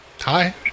Hi